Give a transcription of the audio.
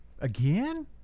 again